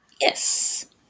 Yes